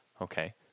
Okay